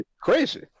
crazy